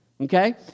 okay